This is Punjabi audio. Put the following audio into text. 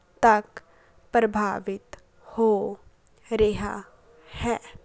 ਤੱਕ ਪ੍ਰਭਾਵਿਤ ਹੋ ਰਿਹਾ ਹੈ